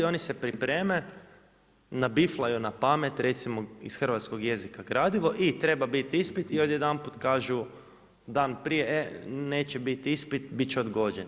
Oni se pripreme, nabiflaju na pamet, recimo iz hrvatskog jezika gradivo i treba biti ispit i odjedanput kažu dan prije e neće biti ispit, biti će odgođen.